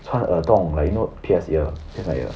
穿耳洞 like you know pierce ear pierce my ear